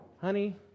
honey